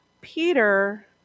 Peter